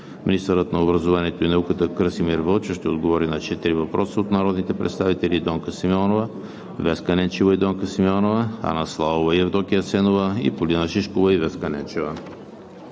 Министърът на образованието и науката Красимир Вълчев ще отговори на 4 въпроса от народните представители Донка Симеонова; Веска Ненчева и Донка Симеонова; Анна Славова и Евдокия Асенова; и Полина Шишкова и Веска Ненчева.